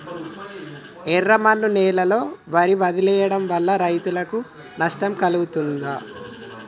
ఎర్రమన్ను నేలలో వరి వదిలివేయడం వల్ల రైతులకు నష్టం కలుగుతదా?